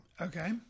Okay